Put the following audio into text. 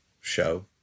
show